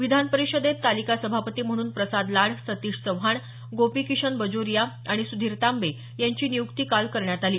विधानपरिषदेत तालिका सभापती म्हणून प्रसाद लाड सतीश चव्हाण गोपीकिशन बाजोरिया आणि सुधीर तांबे यांची नियुक्ती काल करण्यात आली